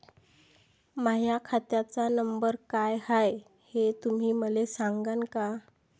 माह्या खात्याचा नंबर काय हाय हे तुम्ही मले सागांन का?